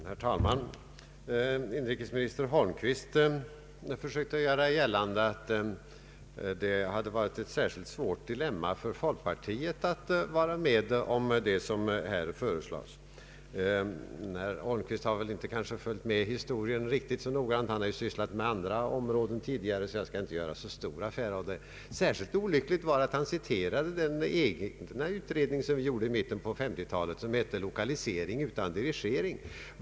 Herr talman! Inrikesminister Holmqvist försökte göra gällande att det hade varit ett särskilt svårt dilemma för folkpartiet att vara med om vad som här föreslås. Herr Holmqvist har kanske inte följt med i historien så noga — han har ju sysslat med andra områden tidigare — så jag skall inte göra så stor affär av det. Särskilt olyckligt var det att man citerade den utredning som vi inom folkpartiet gjorde i mitten av 1960-talet och som hette ”Lokalisering utan dirigering”.